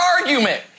argument